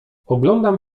oglądam